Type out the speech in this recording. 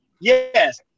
Yes